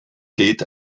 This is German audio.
geht